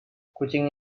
kucing